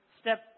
step